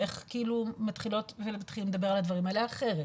איך מתחילות ומתחילים לדבר על הדברים האלה אחרת.